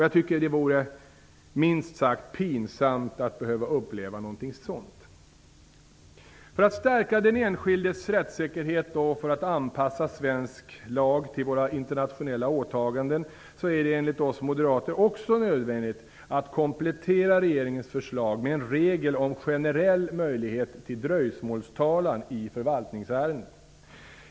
Jag tycker att det vore minst sagt pinsamt att behöva uppleva något sådant. För att stärka den enskildes rättssäkerhet och för att anpassa svensk lag till våra internationella åtaganden är det enligt oss moderater också nödvändigt att komplettera regeringens förslag med en regel om generell möjlighet till dröjsmålstalan i förvaltningsärenden.